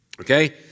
okay